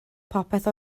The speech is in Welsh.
popeth